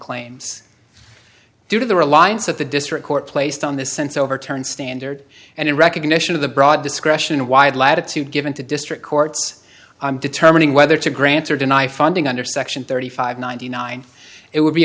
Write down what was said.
claims due to the reliance of the district court placed on the sense overturn standard and in recognition of the broad discretion wide latitude given to district courts i'm determining whether to grant or deny funding under section thirty five ninety nine it would be